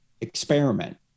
experiment